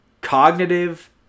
cognitive